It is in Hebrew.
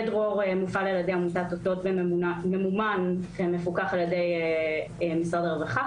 בית דרור מופעל על ידי עמותת אותות וממומן ומפוקח על ידי משרד הרווחה,